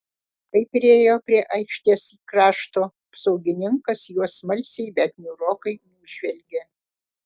kai priėjo prie aikštės krašto apsaugininkas juos smalsiai bet niūrokai nužvelgė